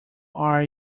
are